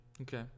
Okay